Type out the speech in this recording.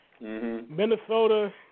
Minnesota